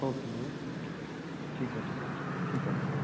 okay ठीकु आहे ठीकु आहे ठीकु आहे ठीकु